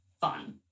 fun